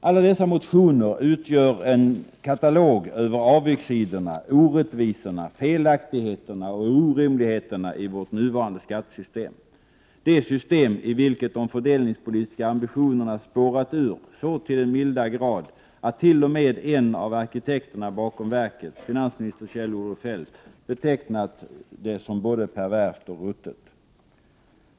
Alla dessa motioner utgör en katalog över avigsidorna, orättvisorna, felaktigheterna och orimligheterna i vårt nuvarande skattesystem, i vilket de fördelningspolitiska ambitionerna spårat ur så till den milda grad att t.o.m. en av arkitekterna bakom verket, finansminister Kjell-Olof Feldt, betecknat det som både perverst och ruttet.